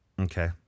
Okay